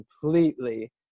completely